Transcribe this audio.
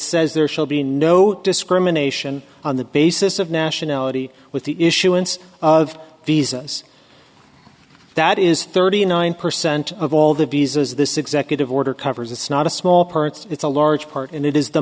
says there shall be no discrimination on the basis of nationality with the issuance of visas that is thirty nine percent of all the visas this executive order covers it's not a small parts it's a large part and it is the